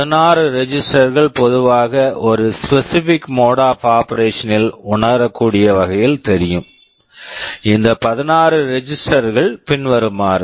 16 register register கள் பொதுவாக ஒரு specific mode specifice mode of operation of operation ல் உணரக்கூடிய வகையில் தெரியும் இந்த 16 ரெஜிஸ்டெர் register கள் பின்வருமாறு